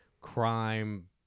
crime